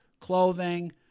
clothing